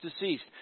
deceased